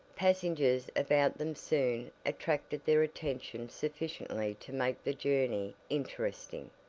passengers about them soon attracted their attention sufficiently to make the journey interesting.